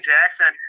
Jackson